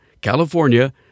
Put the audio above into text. California